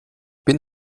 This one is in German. bin